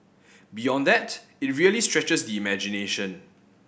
beyond that it really stretches the imagination